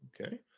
Okay